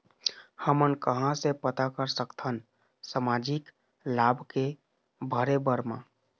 हमन कहां से पता कर सकथन सामाजिक लाभ के भरे बर मा?